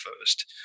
first